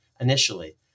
initially